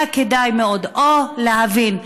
היה כדאי מאוד להבין,